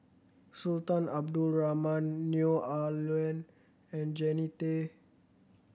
Sultan Abdul Rahman Neo Ah Luan and Jannie Tay